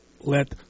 let